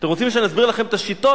אתם רוצים שנסביר לכם את השיטות?